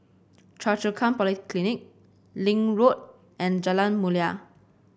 Choa Chu Kang Polyclinic Link Road and Jalan Mulia